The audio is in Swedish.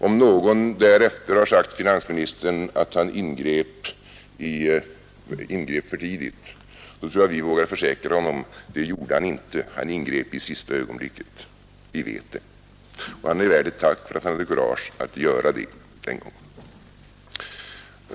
Om någon därefter sagt finansministern att han ingrep för tidigt, så vågar vi försäkra honom att det gjorde han inte. Han ingrep i sista ögonblicket. Vi vet det. Han är värd ett tack för att han hade kurage att göra det den gången.